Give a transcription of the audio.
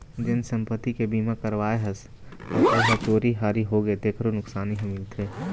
जेन संपत्ति के बीमा करवाए हस अउ ओ ह चोरी हारी होगे तेखरो नुकसानी ह मिलथे